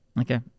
Okay